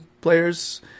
players